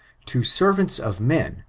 to servants of men,